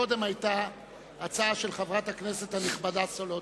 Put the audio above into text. קודם היתה הצעה של חברת הכנסת הנכבדה סולודקין,